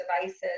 devices